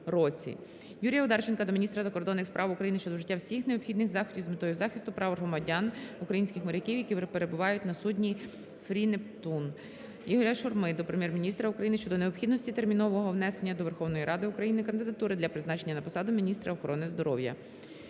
Юрія Одарченка до міністра закордонних справ України щодо вжиття всіх необхідних заходів з метою захисту прав громадян – українських моряків, які перебувають на судні "Free Neptune". Ігоря Шурми до Прем'єр-міністра України щодо необхідності термінового внесення до Верховної Ради України кандидатури для призначення на посаду міністра охорони здоров'я